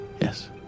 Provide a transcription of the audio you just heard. Yes